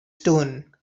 stone